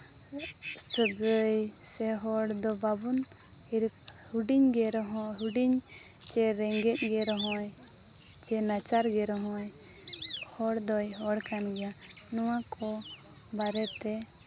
ᱥᱟᱹᱜᱟᱹᱭ ᱥᱮ ᱦᱚᱲ ᱫᱚ ᱵᱟᱵᱚᱱ ᱦᱤᱨᱠᱟᱹ ᱦᱩᱰᱤᱧ ᱜᱮ ᱨᱮᱦᱚᱸ ᱦᱩᱰᱤᱧ ᱥᱮ ᱨᱮᱸᱜᱮᱡ ᱜᱮ ᱨᱮᱦᱚᱸᱭ ᱥᱮ ᱱᱟᱪᱟᱨ ᱜᱮ ᱨᱮᱦᱚᱸᱭ ᱦᱚᱲ ᱫᱚᱭ ᱦᱚᱲ ᱠᱟᱱ ᱜᱮᱭᱟ ᱱᱚᱣᱟ ᱠᱚ ᱵᱟᱨᱮᱛᱮ